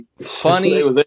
funny